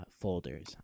folders